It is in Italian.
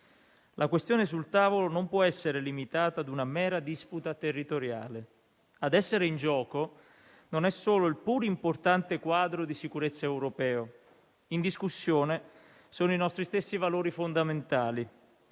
La questione sul tavolo non può essere limitata a una mera disputa territoriale. Ad essere in gioco non è solo il pur importante quadro di sicurezza europeo. In discussione sono i nostri stessi valori fondamentali.